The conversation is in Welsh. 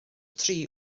tri